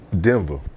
Denver